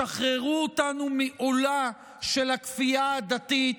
שחררו אותנו מעולה של הכפייה הדתית,